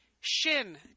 Shin